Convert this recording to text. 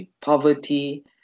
poverty